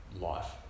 life